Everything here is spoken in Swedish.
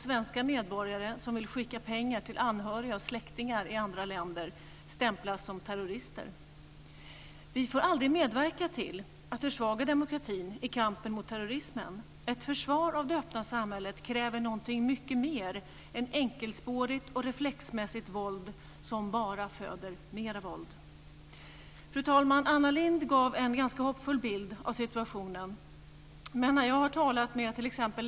Svenska medborgare som vill skicka pengar till anhöriga och släktingar i andra länder stämplas som terrorister. Vi får aldrig medverka till att försvaga demokratin i kampen mot terrorismen. Ett försvar av det öppna samhället kräver någonting mycket mer än enkelspårigt och reflexmässigt våld som bara föder mer våld. Fru talman! Anna Lindh gav en ganska hoppfull bild av situationen. Men när jag har talat med t.ex.